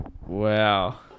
Wow